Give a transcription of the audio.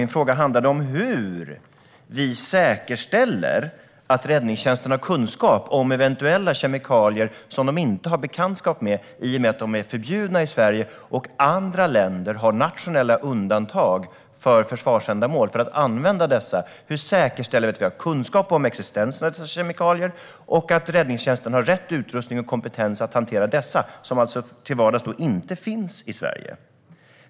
Min fråga handlade om hur vi säkerställer att räddningstjänsten har kunskap om eventuella kemikalier som de inte är bekanta med i och med att de är förbjudna i Sverige och att andra länder har nationella undantag för försvarsändamål för att använda dessa kemikalier. Hur säkerställer vi att vi har kunskap om existensen av dessa kemikalier och att räddningstjänsten har rätt utrustning och kompetens att hantera dessa, som alltså till vardags inte finns i Sverige?